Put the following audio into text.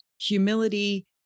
humility